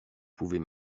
pouvez